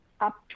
up